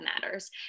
matters